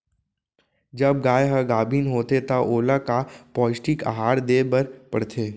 जब गाय ह गाभिन होथे त ओला का पौष्टिक आहार दे बर पढ़थे?